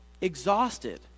exhausted